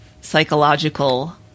psychological